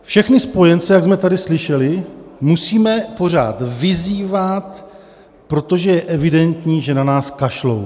Všechny spojence, jak jsme tady slyšeli, musíme pořád vyzývat, protože je evidentní, že na nás kašlou.